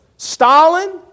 Stalin